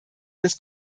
des